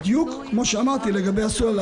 זה חלק מהפעולות